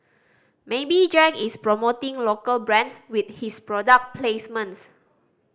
maybe Jack is promoting local brands with his product placements